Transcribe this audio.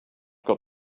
got